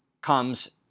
comes